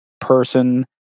person